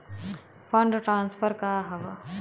Fund transfer का हव?